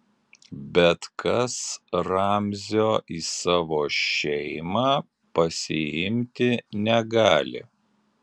bet kas ramzio į savo šeimą pasiimti negali